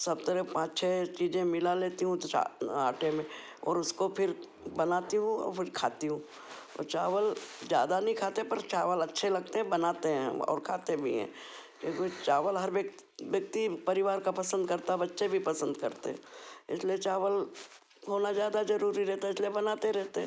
सब तरह पाँच छः चीज़ें मिला लेती हूँ तो आटे में और उसको फिर बनाती हूँ और फिर खाती हूँ और चावल ज़्यादा नहीं खाते पर चावल अच्छे लगते हैं बनाते हैं और खाते भी हैं क्योंकि चावल हर व्यक्ति परिवार का पसंद करता बच्चे भी पसंद करते इसलिए चावल होना ज़्यादा जरूरी रहता इसलिए बनाते रहते